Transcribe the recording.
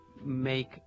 make